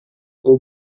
aux